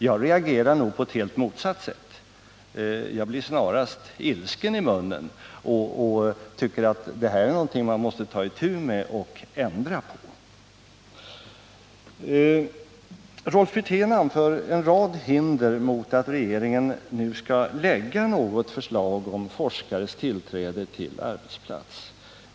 Jag reagerar nog på ett helt motsatt sätt — jag blir snarast ilsken och tycker att detta är någonting man måste ta itu med och även ändra på. Rolf Wirtén anför en rad hinder för att regeringen nu skall framlägga något förslag om forskarnas tillträde till arbetsplatserna.